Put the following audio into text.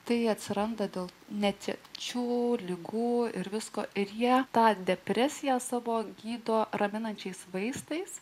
tai atsiranda dėl netekčių ligų ir visko ir jie tą depresiją savo gydo raminančiais vaistais